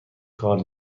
کار